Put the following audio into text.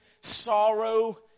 sorrow